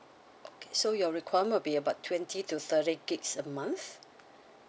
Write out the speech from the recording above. okay so your requirement will be about twenty to thirty gigs a month